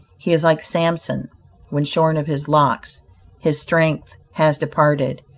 he is like samson when shorn of his locks his strength has departed,